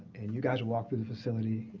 and you guys are walked through the facility,